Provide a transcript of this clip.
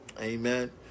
Amen